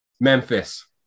Memphis